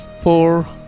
Four